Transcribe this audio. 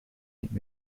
niet